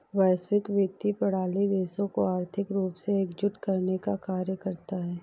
वैश्विक वित्तीय प्रणाली देशों को आर्थिक रूप से एकजुट करने का कार्य करता है